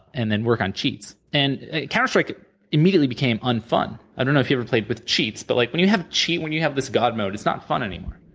and then, work on cheats, and counter strike immediately became un-fun. i don't know if you ever played with cheats, but like when you have a cheat, when you have this god mode, it's not fun anymore,